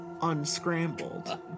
unscrambled